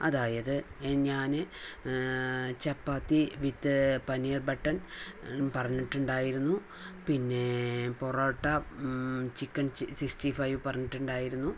അതായത് ഞാന് chapati with paneer butter പറഞ്ഞിട്ടുണ്ടായിരുന്നു പിന്നേ പൊറോട്ട ചിക്കൻ സിക്സ്ററി ഫൈവ് പറഞ്ഞിട്ടുണ്ടായിരുന്നു